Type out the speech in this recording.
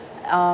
um